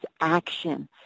action